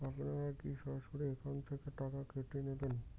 আপনারা কী সরাসরি একাউন্ট থেকে টাকা কেটে নেবেন?